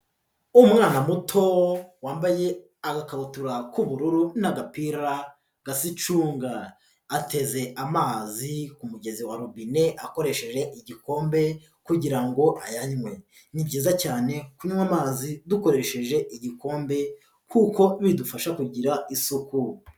Umwana muto wambaye agakabutura k'ubururu n'agapira gasa icunga, ateze amazi ku mugezi wa robine akoresheje igikombe kugira ngo ayanywe, ni byiza cyane kunywa amazi dukoresheje igikombe kuko bidufasha kugira isuku.